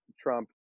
Trump